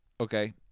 Okay